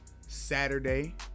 Saturday